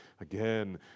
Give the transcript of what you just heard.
again